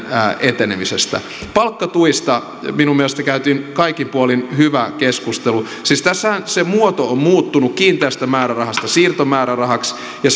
etenemisestämme palkkatuista minun mielestäni käytiin kaikin puolin hyvä keskustelu siis tässähän se muoto on muuttunut kiinteästä määrärahasta siirtomäärärahaksi ja